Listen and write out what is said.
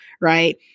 right